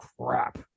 crap